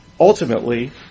ultimately